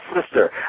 Sister